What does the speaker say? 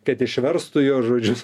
kad išverstų jo žodžius